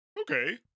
okay